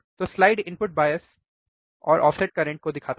तो slide input bias और offset current दिखाता है